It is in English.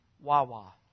Wawa